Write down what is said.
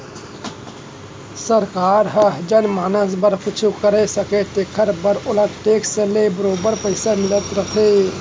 सरकार हर जनमानस बर कुछु कर सकय तेकर बर ओला टेक्स ले बरोबर पइसा मिलत रथे